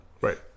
Right